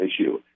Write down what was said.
issue